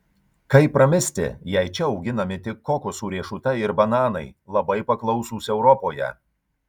kaip pramisti jei čia auginami tik kokosų riešutai ir bananai labai paklausūs europoje